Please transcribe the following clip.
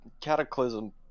cataclysm